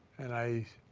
and i